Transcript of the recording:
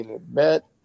bet